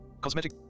cosmetic